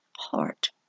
heart